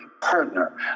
partner